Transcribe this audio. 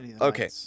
Okay